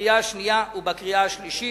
בקריאה השנייה ובקריאה השלישית.